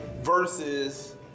versus